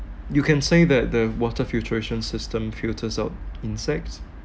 you can say that the water filtration system filters out insects